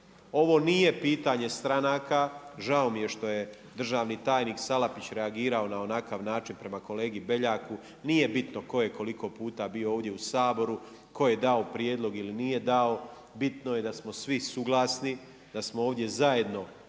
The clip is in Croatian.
Ovo nije pitanje stranka, žao mi je što je državni tajnik Salapić reagirao na onakav način prema kolegi Beljaku, nije bitno tko je koliko puta bio ovdje u Saboru, tko je dao prijedlog ili nije dao, bitno je da smo svi suglasni, da smo ovdje zajedno